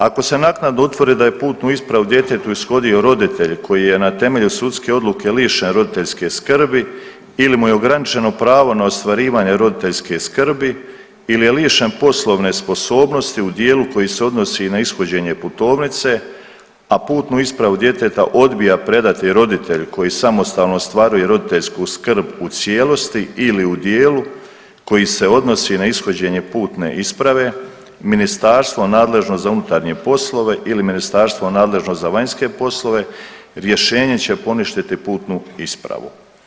Ako se naknadno utvrdi da je putnu ispravu djetetu ishodio roditelj koji je na temelju sudske odluke lišen roditeljske skrbi ili mu je ograničeno pravo na ostvarivanje roditeljske skrbi ili je lišen poslovne sposobnosti u dijelu koji se odnosi na ishođenje putovnice, a putnu ispravu djeteta odbija predati roditelj koji samostalno ostvaruje roditeljsku skrb u cijelosti ili u dijelu koji se odnosi na ishođenje putne isprave, ministarstvo nadležno za unutarnje poslove ili ministarstvo nadležno za vanjske poslove rješenjem će putnu ispravu.